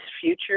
future